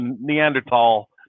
Neanderthal